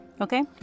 Okay